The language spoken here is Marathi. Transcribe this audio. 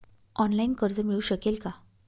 ऑनलाईन कर्ज मिळू शकेल का?